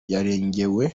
yarengewe